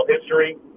history